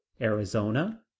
arizona